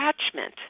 attachment